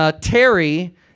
Terry